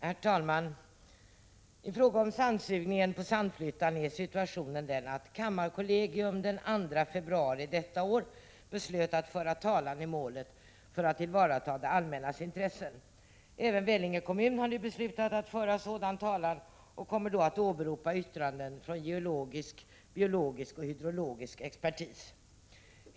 Herr talman! I fråga om sandsugningen på Sandflyttan är situationen den att kammarkollegium den 2 februari detta år beslöt att föra talan i målet för att tillvarata det allmännas intressen. Även Vellinge kommun har nu beslutat att föra sådan talan och kommer att åberopa yttranden från geologisk, 17 biologisk och hydrologisk expertis.